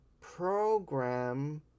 program